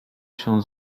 się